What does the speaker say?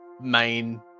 main